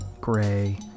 Gray